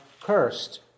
cursed